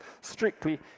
strictly